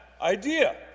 idea